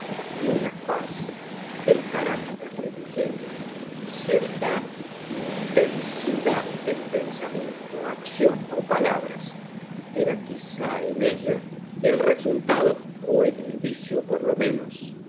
y una faz del carácter de ligeia cierta intensidad de pensamiento acción o palabras era quizá en ella el resultado o el indicio por lo menos